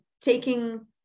taking